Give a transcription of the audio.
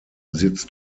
besitzt